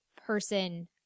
person